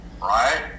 right